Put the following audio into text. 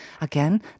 again